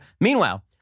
Meanwhile